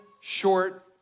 short